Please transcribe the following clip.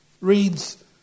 reads